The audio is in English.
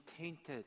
tainted